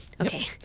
Okay